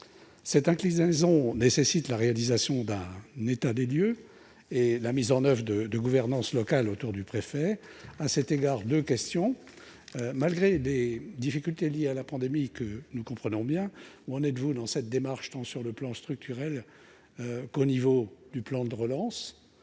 Cette inclination nécessite la réalisation d'un état des lieux et la mise en oeuvre de gouvernances locales autour du préfet. Malgré les difficultés liées à la pandémie que nous comprenons bien, où en êtes-vous dans cette démarche, tant sur le plan structurel que par rapport au plan de relance ?